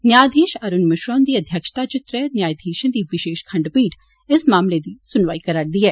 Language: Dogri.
न्यायाधीश अरूण मिश्रा ह्न्दी अध्यक्षता इच त्रै न्यायाधीशें दी विशेष खंडपीठ इस मामले दी स्नवाई करा र दी ऐ